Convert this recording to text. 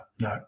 no